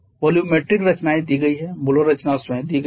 volumetric रचनाएं दी गई हैं मोलर रचना स्वयं दी गई है